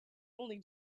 only